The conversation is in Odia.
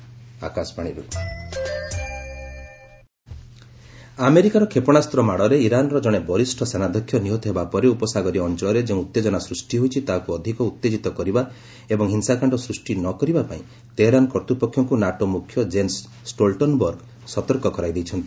ନାଟୋ ଇରାନ୍ ଆମେରିକାର କ୍ଷେପଶାସ୍ତ୍ର ମାଡ଼ରେ ଇରାନ୍ର ଜଣେ ବରିଷ୍ଣ ସେନାଧ୍ୟକ୍ଷ ନିହତ ହେବା ପରେ ଉପସାଗରୀୟ ଅଞ୍ଚଳରେ ଯେଉଁ ଉତ୍ତେଜନା ସୃଷ୍ଟି ହୋଇଛି ତାହାକୁ ଅଧିକ ଉଉଭେଜିତ କରିବା ଏବଂ ହିଂସାକାଣ୍ଡ ସୃଷ୍ଟି ନ କରିବା ପାଇଁ ତେହେରାନ କର୍ତ୍ତପକ୍ଷଙ୍କୁ ନାଟୋ ମୁଖ୍ୟ କେନ୍ନ ଷ୍ଟୋଲଟନବର୍ଗ ସତର୍କ କରାଇ ଦେଇଛନ୍ତି